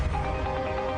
משתוללים,